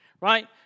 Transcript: Right